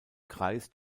kreis